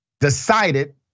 decided